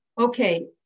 okay